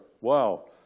wow